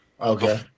Okay